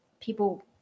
people